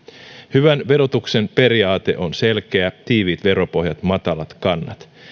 hyvän verotuksen periaate on selkeä tiiviit veropohjat matalat kannat